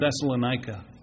Thessalonica